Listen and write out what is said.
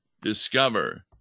discover